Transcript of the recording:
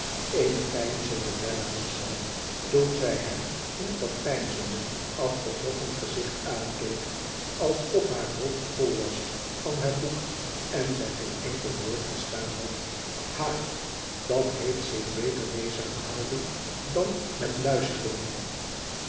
bella eene veinzende bella was zij toen zij hem met dat peinzende afgetrokken gezicht aankeek alsof haar hoofd vol was van haar boek en zij geen enkel woord verstaan had ha dat heeft zich beter bezig gehouden dan met luisteren